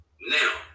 now